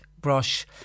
brush